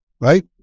right